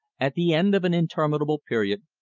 at the end of an interminable period,